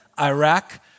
Iraq